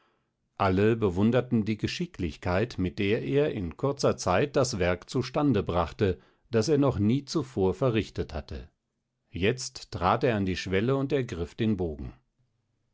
alle bewunderten die geschicklichkeit mit der er in kurzer zeit das werk zu stände brachte das er noch nie zuvor verrichtet hatte jetzt trat er an die schwelle und ergriff den bogen